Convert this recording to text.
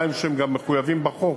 מה גם שהם מחויבים בחוק,